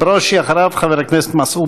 חבר הכנסת איתן ברושי.